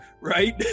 right